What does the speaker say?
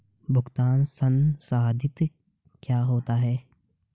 भुगतान संसाधित क्या होता है?